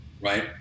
right